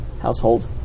household